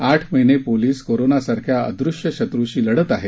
आठ महिने पोलिस कोरोनासारख्या अदृष्य शत्र्शी लढत आहेत